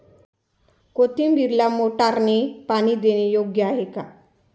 कोथिंबीरीला मोटारने पाणी देणे योग्य आहे का?